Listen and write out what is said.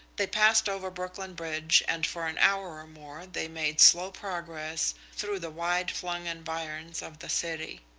they passed over brooklyn bridge, and for an hour or more they made slow progress through the wide-flung environs of the city.